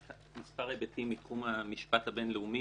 מספר היבטים בתחום המשפט הבינלאומי,